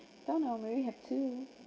so normally you have two